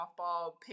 softball